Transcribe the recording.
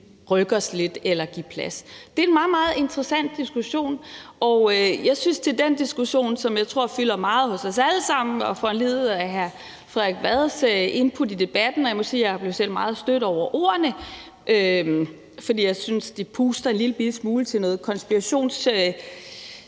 rykke os lidt eller give plads? Det er en meget, meget interessant diskussion, som jeg tror fylder meget hos os alle sammen. Foranlediget af hr. Frederik Vads input i debatten må jeg sige, at jeg selv blev meget stødt over ordene, fordi jeg synes, de puster en lillebitte smule til en konspirationstankegang.